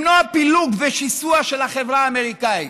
למנוע פילוג ושיסוע של החברה האמריקנית.